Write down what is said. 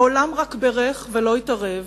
העולם רק בירך ולא התערב,